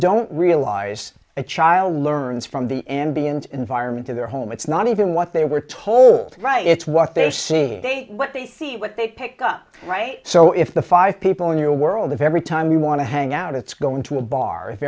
don't realize a child learns from the ambient environment of their home it's not even what they were told right it's what they see what they see what they pick up right so if the five people in your world if every time you want to hang out it's going to a bar